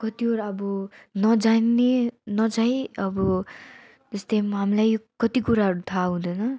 कतिवटा अब नजान्ने न चाहिँ अब जस्तै हामीलाई यो कति कुराहरू थाहा हुँदैन